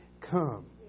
come